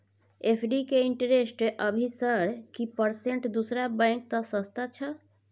FD के interest अभी sir की परसेंट दूसरा बैंक त सस्ता छः?